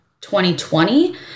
2020